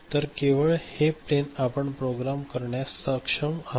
तर केवळ हे प्लेन आपण प्रोग्राम करण्यास सक्षम आहोत